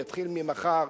יתחיל ממחר.